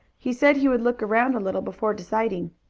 he said he would look round a little before deciding.